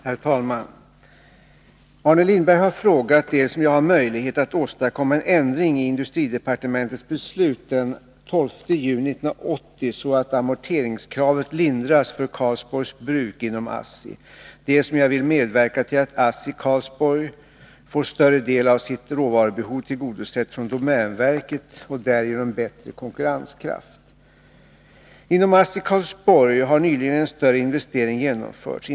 Herr talman! Arne Lindberg har frågat dels om jag har möjlighet att åstdkomma en ändring i industridepartementets beslut den 12 juni 1980 så att amorteringskravet lindras för Karlsborgs Bruk inom ASSI, dels om jag vill medverka till att ASSI Karlsborg får en större del av sitt en bättre lönsamhet vid ASSI i Karlsborg råvarubehov tillgodosett från domänverket och därigenom bättre konkurrenskraft. Inom ASSI Karlsborg har nyligen en större investering genomförts.